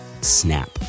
snap